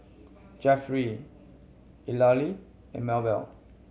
Jeffery Eulalie and Maebell